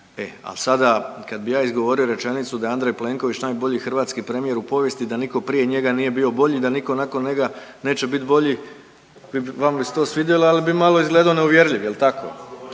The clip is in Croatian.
E ali sada kad bih ja izgovorio rečenicu da je Andrej Plenković najbolji hrvatski premijer u povijesti, da nitko prije njega nije bio bolji, da nitko nakon njega neće biti bolji vama bi se to svidjelo ali bi malo izgledao neuvjerljiv. Jel' tako?